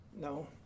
No